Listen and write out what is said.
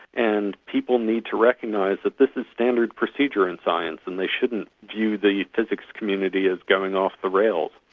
and people need to recognise that this is standard procedure in science and they shouldn't view the physics community as going off the rails.